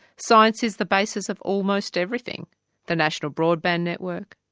science is the basis of almost everything the national broadband network,